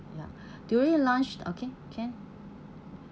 ya during lunch okay can